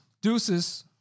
Deuces